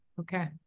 Okay